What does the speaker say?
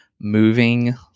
moving